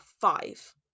five